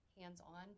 hands-on